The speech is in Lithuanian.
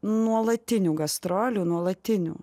nuolatinių gastrolių nuolatinių